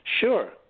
Sure